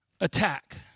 attack